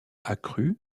accrue